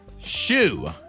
Shoe